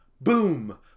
boom